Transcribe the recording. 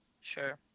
sure